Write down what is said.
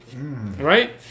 Right